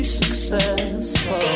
successful